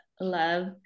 love